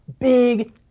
big